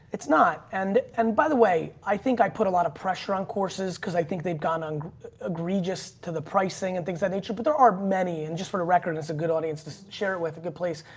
it's not. and and, by the way, i think i put a lot of pressure on courses because i think they've gone on egregious to the pricing and things that nature. but there are many and just for the record it's a good audience to share it with a good place.